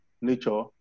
nature